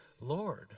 Lord